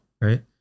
right